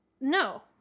no